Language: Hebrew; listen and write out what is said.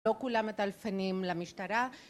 לא כולם מטלפנים למשטרה.